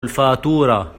الفاتورة